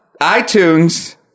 iTunes